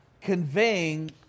conveying